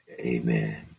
Amen